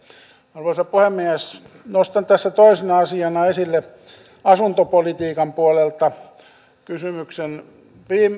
arvoisa puhemies nostan tässä toisena asiana esille asuntopolitiikan puolelta kysymyksen